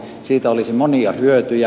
siitä olisi monia hyötyjä